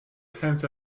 sense